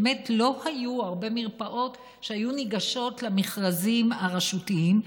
שבאמת לא היו הרבה מרפאות שהיו ניגשות למכרזים הרשותיים,